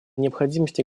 необходимости